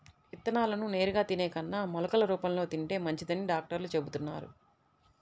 విత్తనాలను నేరుగా తినే కన్నా మొలకలు రూపంలో తింటే మంచిదని డాక్టర్లు చెబుతున్నారు